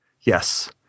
Yes